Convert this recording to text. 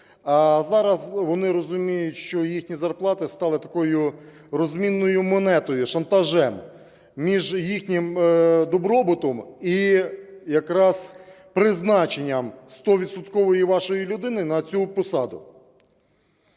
а зараз вони розуміють, що їхні зарплати стали такою розмінною монетою, шантажем між їхнім добробутом і якраз призначенням стовідсоткової вашої людини на цю посаду.